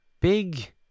big